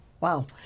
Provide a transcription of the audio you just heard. wow